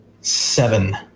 seven